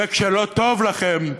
וכשלא טוב לכם,